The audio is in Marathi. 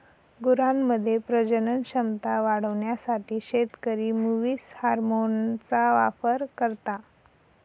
गुरांमध्ये प्रजनन क्षमता वाढवण्यासाठी शेतकरी मुवीस हार्मोनचा वापर करता